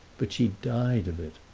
but she died of it.